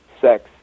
sex